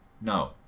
no